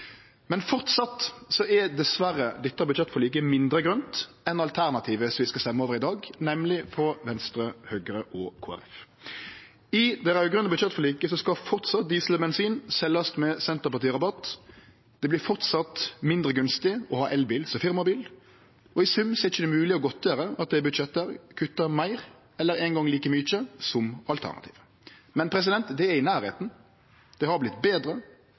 er dessverre dette budsjettforliket mindre grønt enn alternativet vi skal stemme over i dag, nemleg det frå Venstre, Høgre og Kristeleg Folkeparti. I det raud-grøne budsjettforliket skal diesel og bensin framleis seljast med Senterparti-rabatt, og det vert framleis mindre gunstig å ha elbil som firmabil. I sum er det ikkje mogleg å godtgjere at det budsjettet kuttar meir eller eingong like mykje som alternativet, men det er i nærleiken, det har vorte betre,